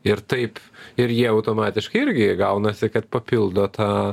ir taip ir jie automatiškai irgi gaunasi kad papildo tą